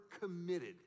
committed